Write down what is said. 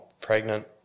pregnant